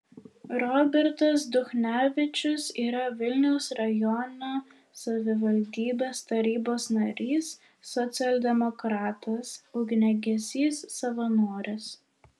robertas duchnevičius yra vilniaus rajono savivaldybės tarybos narys socialdemokratas ugniagesys savanoris